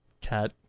cat